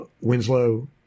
Winslow